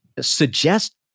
suggest